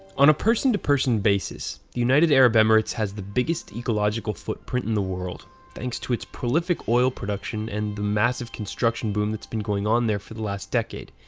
on a person-to-person basis, the united arab emirates has the biggest ecological footprint in the world thanks to its prolific oil production and the massive construction boom that's been going on there for the last decade.